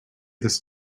this